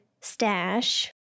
stash